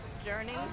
Journey